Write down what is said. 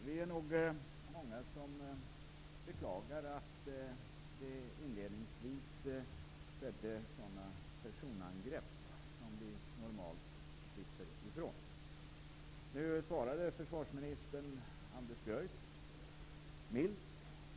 Herr talman! Vi är nog många som beklagar att det inledningsvis gjordes sådana personangrepp som vi normalt slipper ifrån. Försvarsministern Anders Björck svarade milt.